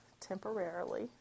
temporarily